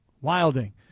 Wilding